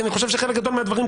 כי אני חושב שחלק גדול מהדברים,